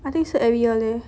I think is every year leh